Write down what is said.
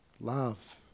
Love